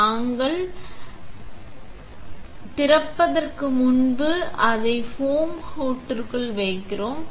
நாங்கள் புடவையைத் திறந்து அதைத் திறப்பதற்கு முன்பு அதை ஃபோம் ஹூட்டிற்குள் வைக்கிறோம்